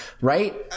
right